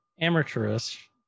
amateurish